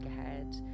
ahead